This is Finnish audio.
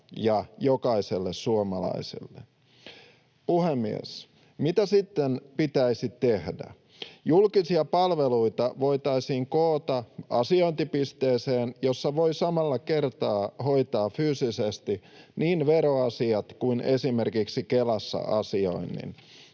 ja jokaiselle suomalaiselle. Puhemies! Mitä sitten pitäisi tehdä? Julkisia palveluita voitaisiin koota asiointipisteeseen, jossa voi samalla kertaa hoitaa fyysisesti niin veroasiat kuin esimerkiksi Kelassa asioinnin.